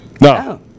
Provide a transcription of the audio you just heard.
No